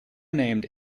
named